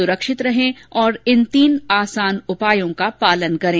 सुरक्षित रहें और इन तीन आसान उपायों का पालन करें